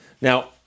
Now